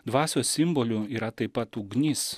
dvasios simboliu yra taip pat ugnis